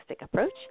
Approach